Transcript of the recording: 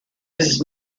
his